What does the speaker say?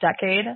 decade